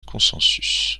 consensus